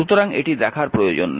সুতরাং এটি দেখার প্রয়োজন নেই